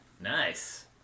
Nice